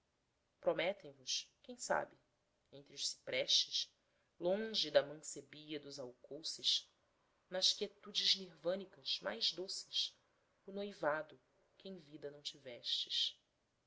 prometem vos quem sabe entre os ciprestes longe da mancebia dos alcouces nas quietudes nirvânicas mais doces o noivado que em vida não tivestes